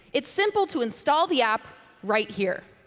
it's simple to install the app right here.